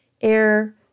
air